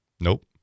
nope